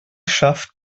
schafft